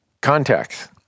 contacts